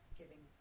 giving